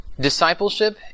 discipleship